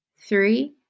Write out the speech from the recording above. three